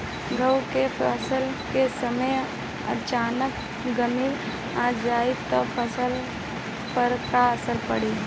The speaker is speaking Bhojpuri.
गेहुँ के फसल के समय अचानक गर्मी आ जाई त फसल पर का प्रभाव पड़ी?